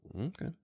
Okay